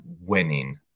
winning